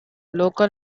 local